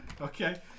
Okay